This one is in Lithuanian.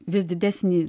vis didesnį